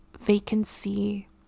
vacancy